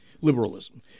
Liberalism